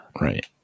Right